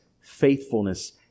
faithfulness